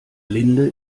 linde